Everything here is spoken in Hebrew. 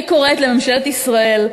אני קוראת לממשלת ישראל.